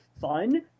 fun